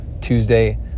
Tuesday